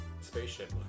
spaceship